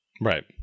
Right